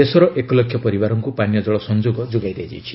ଦେଶର ଏକ ଲକ୍ଷ ପରିବାରଙ୍କୁ ପାନୀୟ କଳ ସଂଯୋଗ ଯୋଗାଇ ଦିଆଯାଇଛି